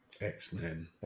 X-Men